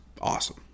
awesome